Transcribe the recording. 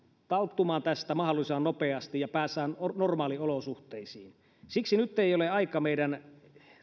talttumaan tästä mahdollisimman nopeasti ja päästään normaaliolosuhteisiin siksi nyt ei mielestäni ole aika meidän